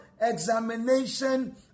examination